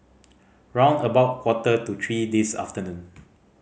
round about quarter to three this afternoon